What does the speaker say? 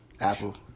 Apple